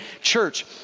church